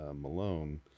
malone